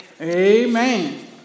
Amen